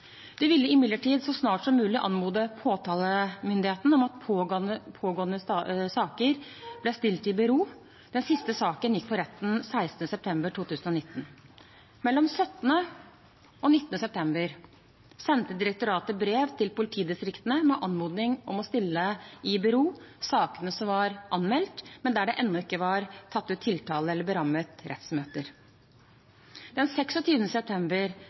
ville imidlertid så snart som mulig anmode påtalemyndigheten om at pågående saker ble stilt i bero. Den siste saken gikk for retten 16. september 2019. Mellom 17. og 19. september sendte direktoratet brev til politidistriktene med anmodning om å stille i bero sakene som var anmeldt, men der det ennå ikke var tatt ut tiltale eller berammet rettsmøter. Den 26. september